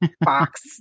box